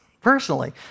personally